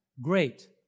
great